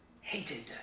hated